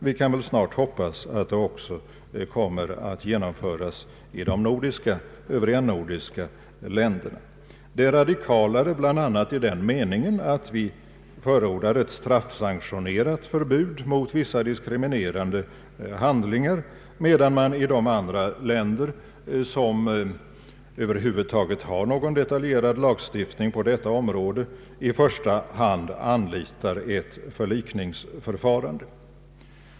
Vi kan väl snart hoppas att det också kommer att genomföras i de övriga nordiska länderna. Det är radikalare bl.a. i den meningen att vi förordar ett straffsanktionerat förbud mot vissa diskriminerande handlingar, medan man i de andra länder som över huvud taget har någon detaljerad lagstiftning på detta område i första hand anlitar ett förlikningsförfarande.